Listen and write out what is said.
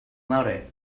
laude